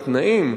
בתנאים,